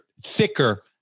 thicker